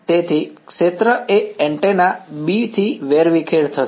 તેથી ક્ષેત્ર એ એન્ટેના B થી વેરવિખેર થશે